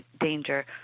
danger